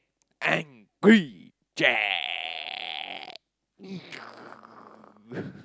angry jack